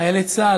חיילי צה"ל,